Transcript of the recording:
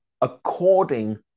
according